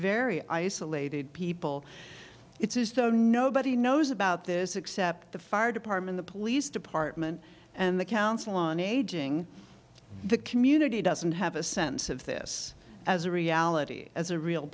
very isolated people it's as though nobody knows about this except the fire department the police department and the council on aging the community doesn't have a sense of this as a reality as a real